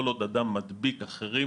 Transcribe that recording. כל עוד אדם מדביק אחרים